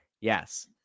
Yes